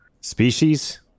Species